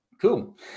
Cool